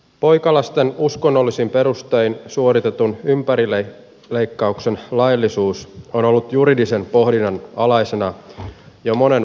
poikalasten uskonnollisin perustein suoritetun ympärileikkauksen laillisuus on ollut juridisen pohdinnan alaisena jo monen vuoden ajan